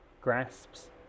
grasps